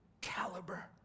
caliber